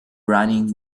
running